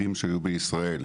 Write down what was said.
יהודים שהיו בישראל.